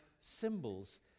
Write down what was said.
symbols